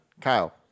Kyle